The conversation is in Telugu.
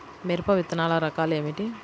మిరప విత్తనాల రకాలు ఏమిటి?